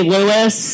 Lewis